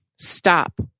Stop